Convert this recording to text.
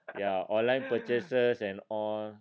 ya online purchases and all